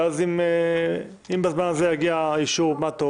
ואם בזמן הזה יגיע האישור מה טוב.